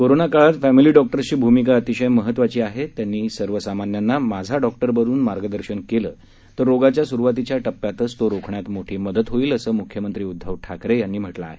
corona काळात family डॉक्टर्सची भूमिका अतिशय महत्वाची आहे त्यांनी सर्वसामान्यांना माझा डॉक्टर बनून मार्गदर्शन केलं तर रोगाच्या सुरुवातीच्या टप्प्यातच तो रोखण्यात मोठी मदत होईल असं मुख्यमंत्री उद्दव ठाकरे यांनी म्हटलं आहे